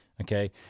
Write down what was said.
okay